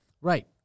Right